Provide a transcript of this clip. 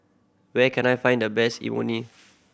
where can I find the best Imoni